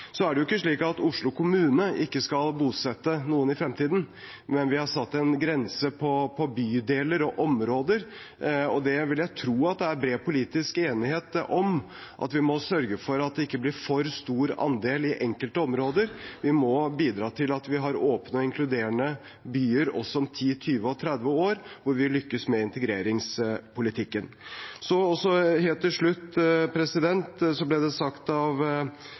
Det er ikke slik at Oslo kommune ikke skal bosette noen i fremtiden, men vi har satt en grense for bydeler og områder. Jeg vil tro at det er bred politisk enighet om at vi må sørge for at det ikke blir en for stor andel i enkelte områder. Vi må bidra til at vi har åpne og inkluderende byer også om 10, 20 og 30 år, hvor vi lykkes med integreringspolitikken. Helt til slutt: Det ble sagt av